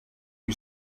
you